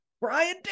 Brian